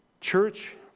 Church